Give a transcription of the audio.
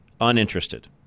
uninterested